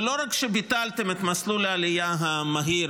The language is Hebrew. ולא רק שביטלתם את מסלול העלייה המהיר,